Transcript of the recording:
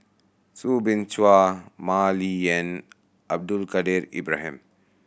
Soo Bin Chua Mah Li Lian Abdul Kadir Ibrahim